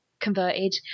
converted